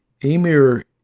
Emir